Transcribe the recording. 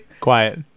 Quiet